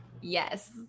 Yes